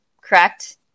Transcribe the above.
correct